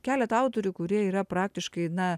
keletą autorių kurie yra praktiškai na